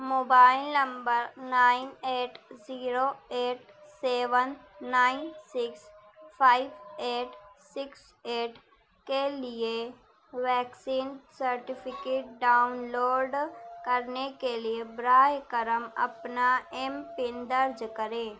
mobile number nine eight zero eight seven nine six five eight six eight کے لیے vaccine certificate download کرنے کے لیے براہ کرم اپنا ایم پن درج کریں